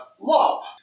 love